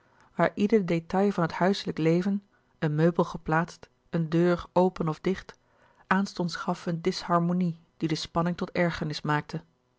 waar ieder détail van het huiselijk leven een meubel geplaatst een deur open of dicht aanstonds gaf eene disharmonie die de spanning tot ergernis maakte